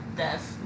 death